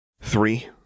Three